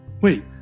Wait